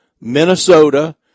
Minnesota